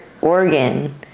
Oregon